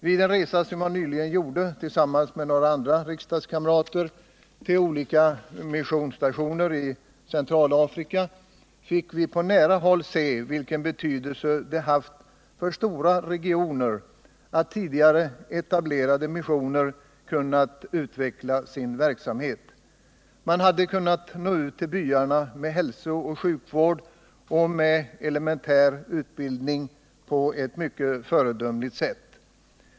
Vid en resa som jag nyligen gjorde tillsammans med några andra riksdagskamrater till olika missionsstationer i Centralafrika fick vi på nära håll se vilken betydelse det haft för stora regioner att tidigare etablerade missioner kunnat utveckla sin verksamhet. Man hade kunnat nå ut till byarna med hälsooch sjukvård och med elementär utbildning på ett föredömligt sätt.